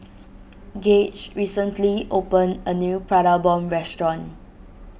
Gauge recently opened a new Prata Bomb Restaurant